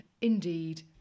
Indeed